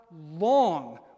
long